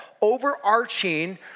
overarching